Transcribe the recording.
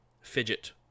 fidget